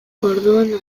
orduan